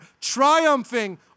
triumphing